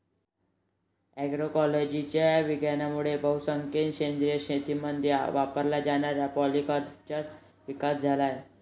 अग्रोइकोलॉजीच्या विज्ञानामुळे बहुसंख्येने सेंद्रिय शेतीमध्ये वापरल्या जाणाऱ्या पॉलीकल्चरचा विकास झाला आहे